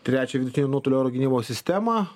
trečio vidutinio nuotolio oro gynybos sistema